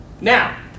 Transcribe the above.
Now